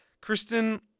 Kristen